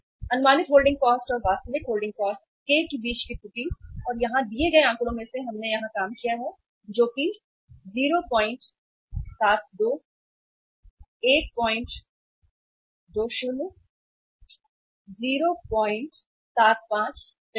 अनुमानित holding cost और वास्तविक होल्डिंग कॉस्ट k के बीच त्रुटि और यहां दिए गए आंकड़ों में से हमने यहां काम किया है जो कि 072 120 075 सही है